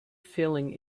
feeling